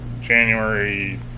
January